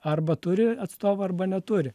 arba turi atstovą arba neturi